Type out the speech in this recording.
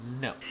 No